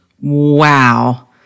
Wow